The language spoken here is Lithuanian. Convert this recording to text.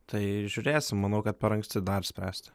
tai žiūrėsim manau kad per anksti dar spręsti